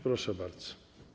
Proszę bardzo.